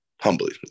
Humbly